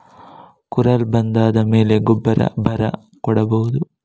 ಕುರಲ್ ಬಂದಾದ ಮೇಲೆ ಗೊಬ್ಬರ ಬರ ಕೊಡಬಹುದ?